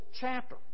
chapter